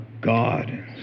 God